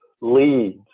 leads